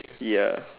ya